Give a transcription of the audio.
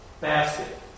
basket